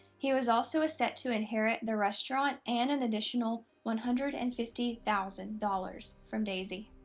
he was also set to inherit the restaurant and an additional one hundred and fifty thousand dollars from daisie.